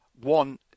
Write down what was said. One